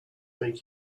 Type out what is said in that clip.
make